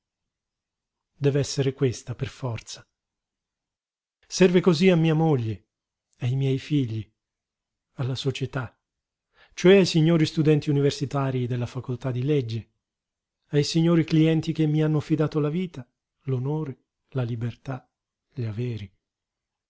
dev'essere questa per forza serve cosí a mia moglie ai miei figli alla società cioè ai signori studenti universitarii della facoltà di legge ai signori clienti che mi hanno affidato la vita l'onore la libertà gli averi